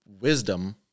wisdom